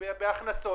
בהכנסות,